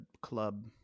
club